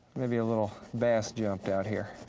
maybe a little bass jumped out here.